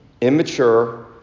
immature